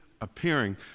appearing